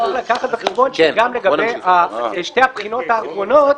צריך לקחת בחשבון שגם לגבי שתי הבחינות האחרונות,